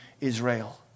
Israel